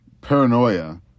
paranoia